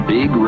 Big